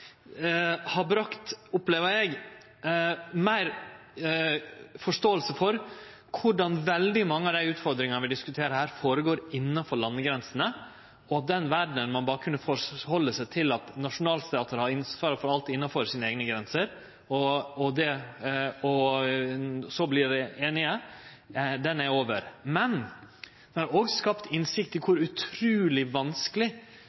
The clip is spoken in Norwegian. opplever eg, meir forståing for korleis veldig mange av dei utfordringane vi diskuterer her, føregår innanfor landegrensene, og at den verda der ein kunne halde seg til at nasjonalstatane hadde ansvaret for alt innanfor eigne grenser og verte einige, er over. Men det er òg skapt innsikt i kor utruleg vanskeleg